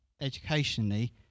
educationally